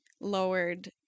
lowered